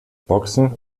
boxen